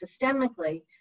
systemically